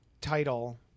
title